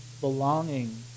belonging